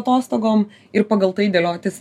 atostogom ir pagal tai dėliotis